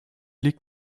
liegt